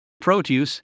proteus